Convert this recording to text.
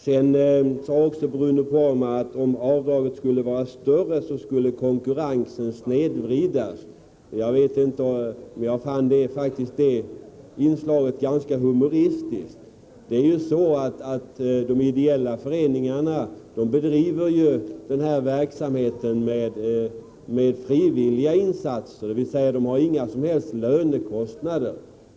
Vidare sade Bruno Poromaa att om avdraget vore större, skulle konkurrensen snedvridas. Jag fann faktiskt detta inslag ganska humoristiskt. Det är ju så att de ideella föreningarna bedriver en verksamhet med frivilliga insatser, dvs. de har inga som helst lönekostnader.